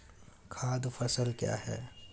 खाद्य फसल क्या है?